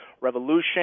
Revolution